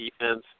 defense